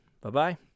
Bye-bye